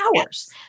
hours